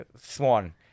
Swan